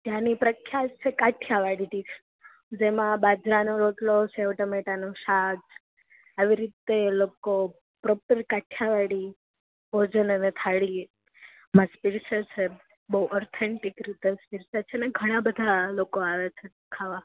ત્યાંની પ્રખ્યાત છે કાઠિયાવાળી ડિશ જેમાં બાજરનો રોટલો સેવ ટમેટાનું શાક આવી રીતે લોકો પ્રોપર કાઠિયાવાળી ભીજન અને થાળી મસ્ત પીરસે છે બઉ ઓથેન્ટિક રીતે પીરસે છેને ઘણાબધા લોકો આવે છે ખાવા